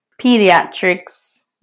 pediatrics